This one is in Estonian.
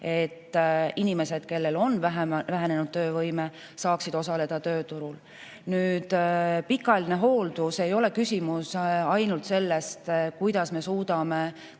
et inimesed, kellel on vähenenud töövõime, saaksid osaleda tööturul. Pikaajaline hooldus ei ole küsimus ainult sellest, kuidas me suudame